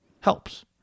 helps